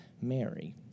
Mary